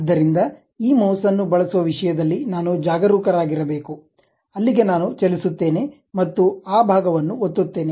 ಆದ್ದರಿಂದ ಈ ಮೌಸ್ ಅನ್ನು ಬಳಸುವ ವಿಷಯದಲ್ಲಿ ನಾನು ಜಾಗರೂಕರಾಗಿರಬೇಕು ಅಲ್ಲಿಗೆ ನಾನು ಚಲಿಸುತ್ತೇನೆ ಮತ್ತು ಆ ಭಾಗವನ್ನು ಒತ್ತುತ್ತೇನೆ